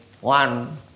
one